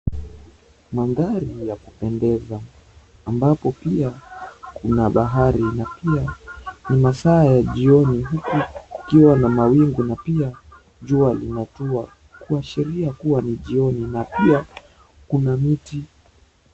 Maandhari ya kupendeza ambapo pia kuna bahari na pia masaa ya jioni huku kukiwa na wingu na pia jua linatua kuashiria kuwa ni jioni na pia kuna miti.